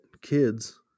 kids